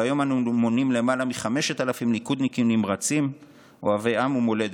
והיום אנו מונים למעלה מ-5,000 ליכודניקים נמרצים אוהבי עם ומולדת.